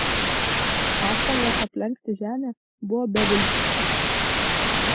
pastangos aplenkti ženią buvo beviltiškos